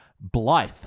Blythe